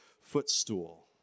footstool